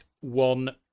one